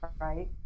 Right